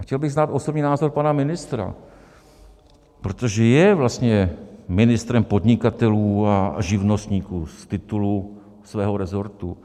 Chtěl bych znát osobní názor pana ministra, protože je vlastně ministrem podnikatelů a živnostníků z titulu svého resortu.